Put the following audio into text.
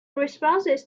responses